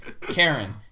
Karen